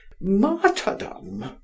martyrdom